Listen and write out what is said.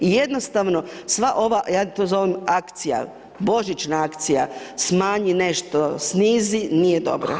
I jednostavno, sva ova, ja to zovem akcija, božićna akcija, smanji nešto, snizi, nije dobro.